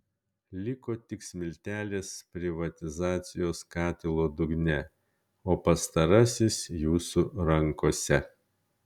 liko tik smiltelės privatizacijos katilo dugne o pastarasis jūsų rankose